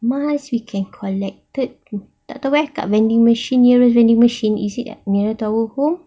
mask we can collected tak tahu eh kat vending machine nearest vending machine nearer to our home